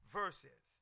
verses